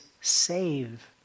save